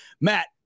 Matt